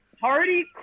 Party